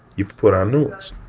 you put on new ones.